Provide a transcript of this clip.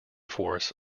force